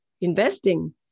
investing